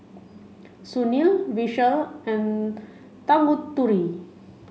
Sunil Vishal and Tanguturi